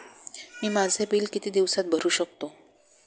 मी माझे बिल किती दिवसांत भरू शकतो?